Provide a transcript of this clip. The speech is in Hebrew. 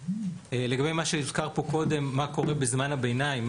לגבי מה שהזכרת פה קודם מה קורה בזמן הביניים,